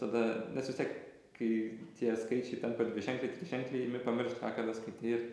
tada nes vis tiek kai tie skaičiai tampa dviženklai triženkliai imi pamiršt ką kada skaitei ir